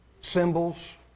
Symbols